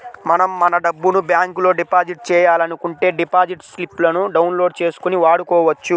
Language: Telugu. మనం మన డబ్బును బ్యాంకులో డిపాజిట్ చేయాలనుకుంటే డిపాజిట్ స్లిపులను డౌన్ లోడ్ చేసుకొని వాడుకోవచ్చు